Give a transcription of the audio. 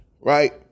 right